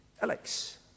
Alex